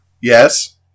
Yes